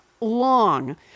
long